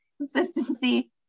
consistency